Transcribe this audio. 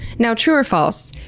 now, true or false?